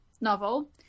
novel